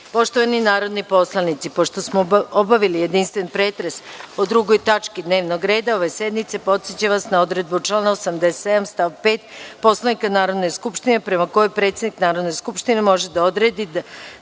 odluke. Poštovani narodni poslanici, pošto smo obavili jedinstveni pretres o 2. tački dnevnog reda ove sednice, podsećam vas na odredbu člana 87. stav 5. Poslovnika Narodne skupštine, prema kojoj predsednik Narodne skupštine može da odredi